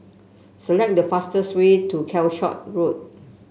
select the fastest way to Calshot Road